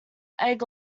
egg